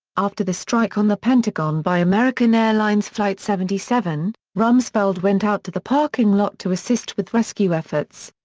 after the strike on the pentagon by american airlines flight seventy seven, rumsfeld went out to the parking lot to assist with rescue efforts.